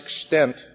extent